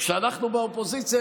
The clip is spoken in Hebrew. כשאנחנו באופוזיציה,